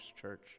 Church